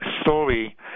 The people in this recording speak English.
story